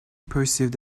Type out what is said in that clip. perceived